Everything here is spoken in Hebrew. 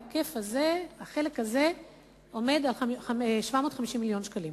החלק הזה עומד על 750 מיליון שקלים.